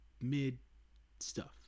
mid-stuff